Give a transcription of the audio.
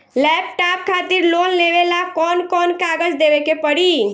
Laptop खातिर loan लेवे ला कौन कौन कागज देवे के पड़ी?